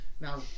Now